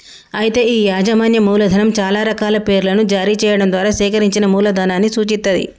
అయితే ఈ యాజమాన్యం మూలధనం చాలా రకాల పేర్లను జారీ చేయడం ద్వారా సేకరించిన మూలధనాన్ని సూచిత్తది